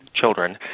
children